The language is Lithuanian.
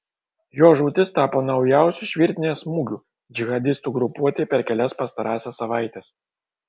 jo žūtis tapo naujausiu iš virtinės smūgių džihadistų grupuotei per kelias pastarąsias savaites